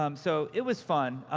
um so, it was fun.